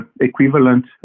equivalent